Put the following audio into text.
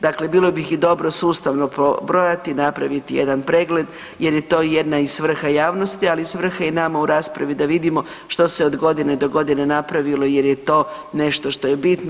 Dakle, bilo bi ih i dobro sustavno pobrojati i napraviti jedan pregled jer je to i jedna i svrha javnosti ali i svrha i nama u raspravi da vidimo što se od godine do godine napravilo jer je to nešto što je bitno.